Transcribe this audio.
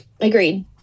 Agreed